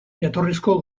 jatorrizko